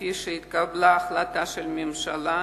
לפי החלטת הממשלה.